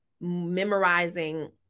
memorizing